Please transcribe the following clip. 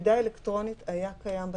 "תעודה אלקטרונית" זה היה קיים בתקנות.